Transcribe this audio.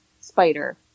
Spider